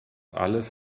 alles